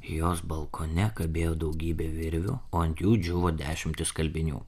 jos balkone kabėjo daugybė virvių o ant jų džiūvo dešimtys skalbinių